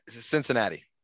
Cincinnati